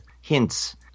Hints